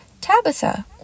Tabitha